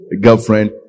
girlfriend